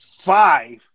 five